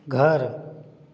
घर